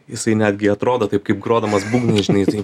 jisai netgi atrodo taip kaip grodamas būgnais žinai tai